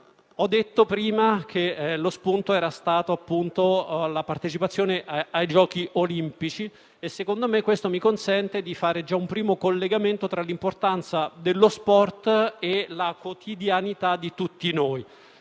Ho detto prima che lo spunto era stato la partecipazione ai giochi olimpici e, secondo me, questo mi consente di fare già un primo collegamento tra l'importanza dello sport e la quotidianità di tutti noi.